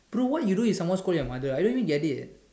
bro what you do if someone scold your mother I don't even get it